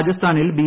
രാജസ്ഥാനിൽ ബി